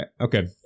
Okay